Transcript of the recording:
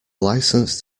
licence